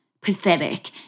pathetic